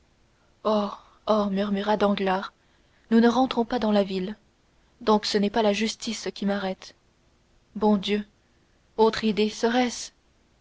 murmura danglars nous ne rentrons pas dans la ville donc ce n'est pas la justice qui m'arrête bon dieu autre idée serait-ce